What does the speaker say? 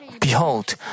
Behold